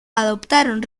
adoptaron